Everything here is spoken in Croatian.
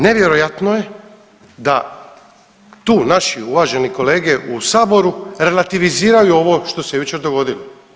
Nevjerojatno je da tu naši uvaženi kolege u saboru relativiziraju ovo što se jučer dogodilo.